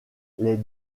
les